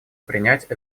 принять